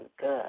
good